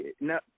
No